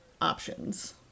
options